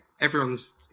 everyone's